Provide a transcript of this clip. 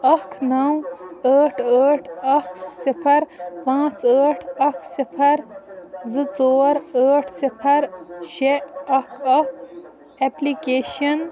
اکھ نَو ٲٹھ اکھ صفر پانٛژھ ٲٹھ اکھ صفر زٕ ژور ٲٹھ صفر شےٚ اکھ اکھ ایٚپلِکیشن